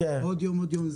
ועוד יום ועוד יום.